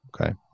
okay